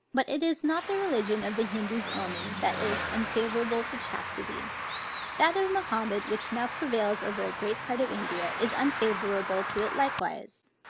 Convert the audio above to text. but it is not the religion of the hindoos only, that is unfavorable to chastity that of mahomet which now prevails over a great part of india, is unfavorable to it likewise.